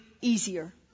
easier